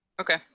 Okay